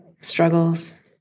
struggles